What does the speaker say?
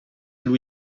lui